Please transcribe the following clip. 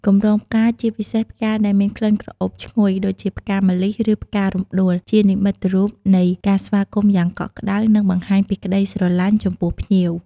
កម្រងផ្កាជាពិសេសផ្កាដែលមានក្លិនក្រអូបឈ្ងុយ ដូចជាផ្កាម្លិះ ឬផ្ការំដួល ជានិមិត្តរូបនៃការស្វាគមន៍យ៉ាងកក់ក្តៅ និងបង្ហាញពីក្ដីស្រឡាញ់ចំពោះភ្ញៀវ។